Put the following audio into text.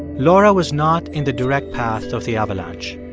laura was not in the direct path of the avalanche.